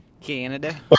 Canada